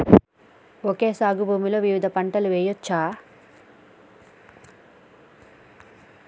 Okay సాగు భూమిలో వివిధ పంటలు వెయ్యచ్చా?